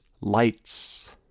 Lights